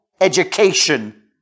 education